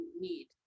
need